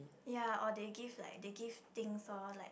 ya or they give like they give things all like